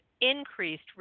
increased